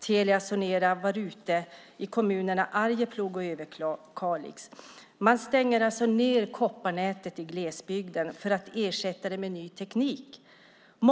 Telia Sonera var ute i kommunerna Arjeplog och Överkalix. Man stänger ned kopparnätet i glesbygden för att ersätta det med ny teknik.